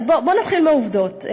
נתחיל מהעובדות.